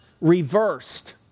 reversed